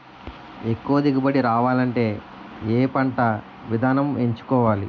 ఎక్కువ దిగుబడి రావాలంటే ఏ పంట విధానం ఎంచుకోవాలి?